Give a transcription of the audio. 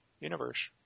universe